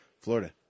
Florida